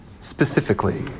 Specifically